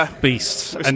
Beasts